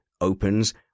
Opens